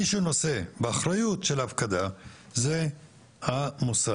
מי שנושא באחריות של ההפקדה זה המוסד.